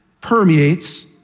permeates